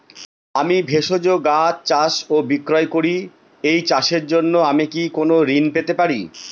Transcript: আমি ভেষজ গাছ চাষ ও বিক্রয় করি এই চাষের জন্য আমি কি কোন ঋণ পেতে পারি?